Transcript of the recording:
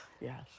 Yes